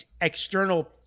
external